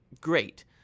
great